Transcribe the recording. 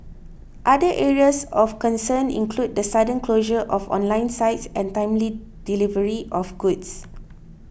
other areas of concern include the sudden closure of online sites and timely delivery of goods